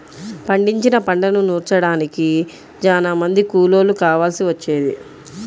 పండించిన పంటను నూర్చడానికి చానా మంది కూలోళ్ళు కావాల్సి వచ్చేది